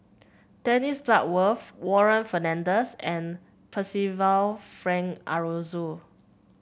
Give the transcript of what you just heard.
Dennis Bloodworth Warren Fernandez and Percival Frank Aroozoo